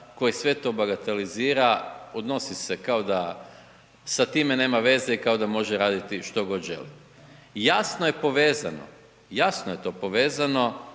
koji sve to bagatelizira, odnosi se kao da sa time nema veze i kao da može raditi što god želi. Jasno je povezano, jasno je to povezano